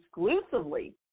exclusively